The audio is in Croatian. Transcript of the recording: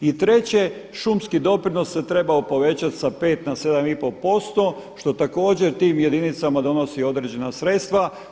I treće, šumski doprinos se trebao povećati sa 5 na 7,5% što također tim jedinicama donosi određena sredstva.